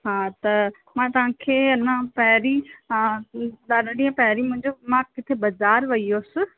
हा त मां तव्हांखे अञा पहिरीं हा ॾाढा ॾींहं पहिरीं मुंहिंजो मां किथे बज़ारि वेई हुअसि